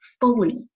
fully